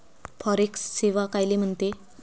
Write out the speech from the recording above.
Forex सेवा कायले म्हनते?